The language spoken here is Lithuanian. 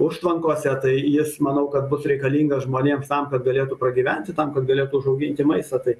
užtvankose tai jis manau kad bus reikalingas žmonėms tam kad galėtų pragyventi tam kad galėtų užauginti maistą tai